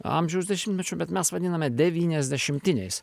amžiaus dešimtmečiu bet mes vadiname devyniasdešimtiniais